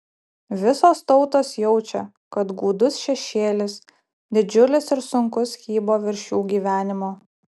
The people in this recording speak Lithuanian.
visos tautos jaučia kad gūdus šešėlis didžiulis ir sunkus kybo virš jų gyvenimo